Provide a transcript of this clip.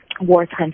wartime